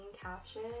caption